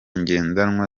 ngendanwa